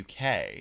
UK